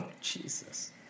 Jesus